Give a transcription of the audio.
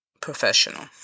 professional